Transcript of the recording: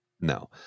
No